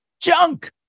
junk